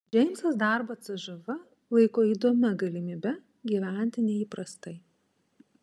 džeimsas darbą cžv laiko įdomia galimybe gyventi neįprastai